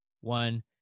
one